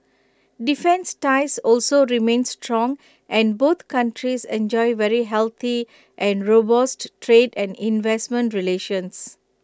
defence ties also remain strong and both countries enjoy very healthy and robust trade and investment relations